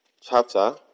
chapter